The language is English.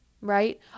right